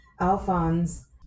Alphonse